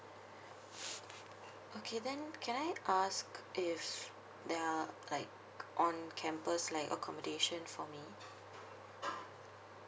okay then can I ask if there are like on campus like accommodation for me